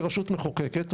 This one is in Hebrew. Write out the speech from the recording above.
כרשות מחוקקת,